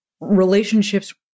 relationships